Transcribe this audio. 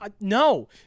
no